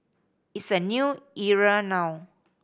it's a new era now